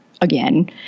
again